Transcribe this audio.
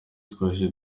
twahise